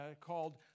called